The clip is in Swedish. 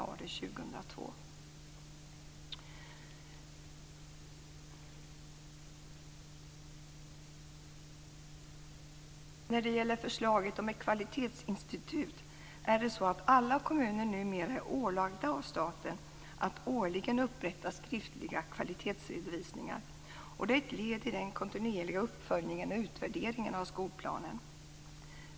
När det gäller förslaget om ett kvalitetsinstitut är alla kommuner numera ålagda av staten att årligen upprätta skriftliga kvalitetsredovisningar. Det är ett led i den kontinuerliga uppföljningen och utvärderingen av skolplanen.